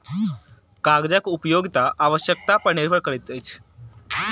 कागजक उपयोगिता आवश्यकता पर निर्भर करैत अछि